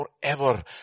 forever